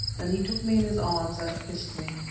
then he took me in his arms and kissed me.